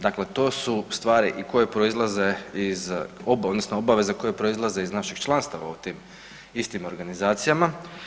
Dakle, to su stvari i koje proizlaze iz, odnosno obaveze koje proizlaze iz naših članstava u tim istim organizacijama.